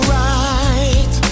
right